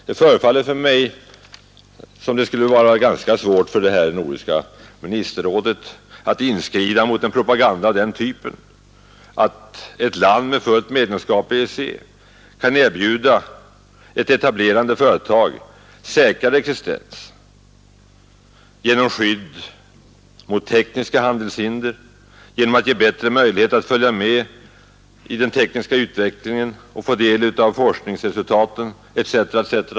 Det förefaller som om det skulle vara ganska svårt för nordiska ministerrådet att inskrida mot en propaganda av den typen, att ett land med fullt medlemskap i EEC sägs kunna erbjuda ett etablerande företag säkrare existens genom skydd mot tekniska handelshinder, genom att ge bättre möjligheter att följa med i den tekniska utvecklingen och få del av forskning etc.